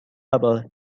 viable